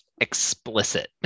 explicit